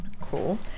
Cool